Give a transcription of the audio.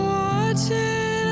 watching